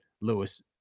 Lewis